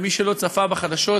למי שלא צפה בחדשות